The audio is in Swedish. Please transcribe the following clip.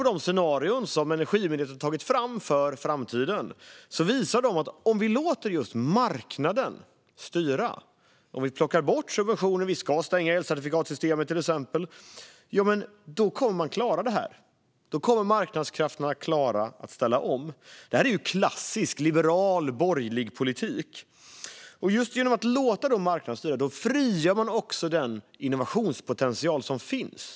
De scenarier som Energimyndigheten har tagit fram för framtiden visar att om vi låter just marknaden styra och plockar bort subventioner - vi ska till exempel stänga elcertifikatssystemet - kommer man att klara det här. Då kommer marknadskrafterna att klara att ställa om. Det här är klassisk liberal, borgerlig politik. Genom att låta just marknaden styra frigör man också den innovationspotential som finns.